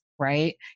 right